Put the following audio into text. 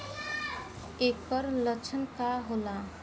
ऐकर लक्षण का होला?